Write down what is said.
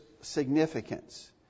significance